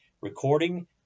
recording